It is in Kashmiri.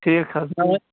ٹھیٖک حظ